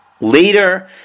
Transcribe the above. later